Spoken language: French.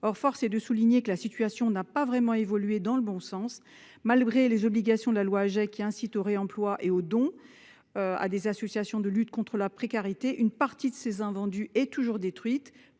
Or force est de constater que la situation n'a pas vraiment évolué dans le bon sens. Malgré les obligations de la loi Agec dans l'incitation au réemploi et aux dons à des associations de lutte contre la précarité, une partie des invendus est toujours détruite.